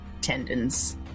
tendons